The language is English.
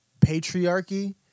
patriarchy